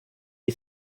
est